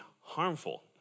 harmful